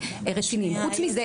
חוץ מזה,